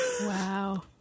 Wow